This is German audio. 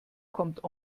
kommt